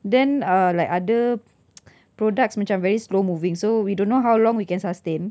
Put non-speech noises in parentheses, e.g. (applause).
then uh like other (noise) products macam very slow moving so we don't know how long we can sustain